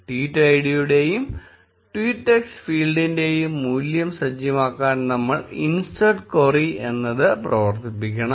tweet ഐഡിയുടെയും tweet text ഫീൽഡിന്റെയും മൂല്യം സജ്ജമാക്കാൻ നമ്മൾ insert query എന്നത് പ്രവർത്തിപ്പിക്കണം